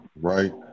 right